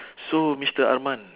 so mister arman